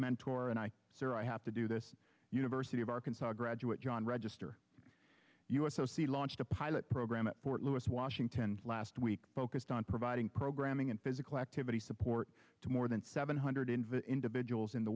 mentor and i have to do this university of arkansas graduate john register u s o c launched a pilot program at fort lewis washington last week focused on providing programming and physical activity support to more than seven hundred individuals in